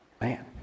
Man